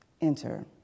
enter